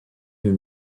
you